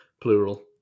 Plural